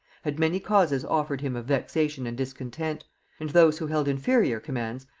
had many causes offered him of vexation and discontent and those who held inferior commands,